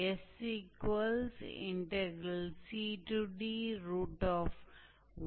तो मान लीजिए कि हमारा दिया गया समीकरण उदाहरण 1 है